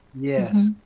Yes